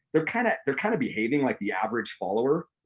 they're kind of they're kind of behaving like the average follower.